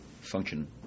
function